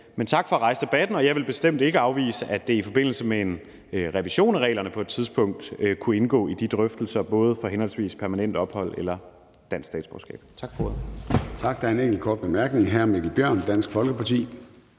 tak for at rejse debatten, og jeg vil bestemt ikke afvise, at det i forbindelse med en revision af reglerne på et tidspunkt kunne indgå i de drøftelser, både hvad angår permanent ophold og dansk statsborgerskab. Tak for ordet.